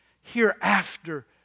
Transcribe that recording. Hereafter